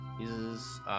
uses